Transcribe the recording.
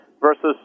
versus